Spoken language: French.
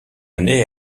année